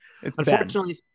unfortunately